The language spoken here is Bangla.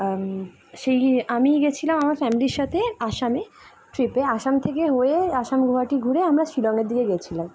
সেই আমি গেছিলাম আমার ফ্যামিলির সাথে আসামে ট্রিপে আসাম থেকে হয়ে আসাম গুয়াহাটি ঘুরে আমরা শিলঙের দিয়ে গেছিলাম